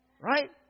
Right